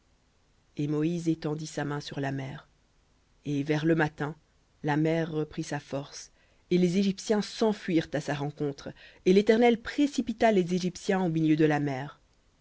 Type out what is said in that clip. et moïse étendit sa main sur la mer et vers le matin la mer reprit sa force et les égyptiens s'enfuirent à sa rencontre et l'éternel précipita les égyptiens au milieu de la mer